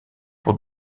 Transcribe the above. pour